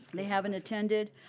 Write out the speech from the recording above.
they haven't attended.